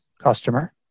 customer